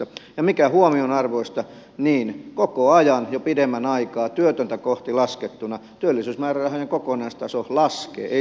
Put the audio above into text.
ja mikä huomionarvoista koko ajan näin on ollut jo pidemmän aikaa työtöntä kohti laskettuna työllisyysmäärärahojen kokonaistaso laskee ei suinkaan nouse